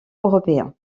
européen